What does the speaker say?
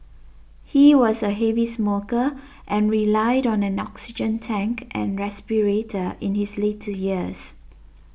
he was a heavy smoker and relied on an oxygen tank and respirator in his later years